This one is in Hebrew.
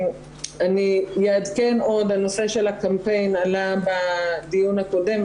אני אעדכן עוד - הנושא של הקמפיין עלה בדיון הקודם.